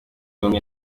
bamwe